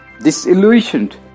disillusioned